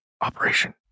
operation